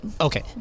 okay